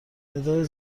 ندای